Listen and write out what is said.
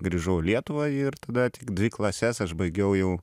grįžau į lietuvą ir tada tik dvi klases aš baigiau jau